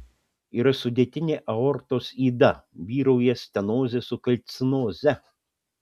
yra sudėtinė aortos yda vyrauja stenozė su kalcinoze